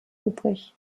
übrig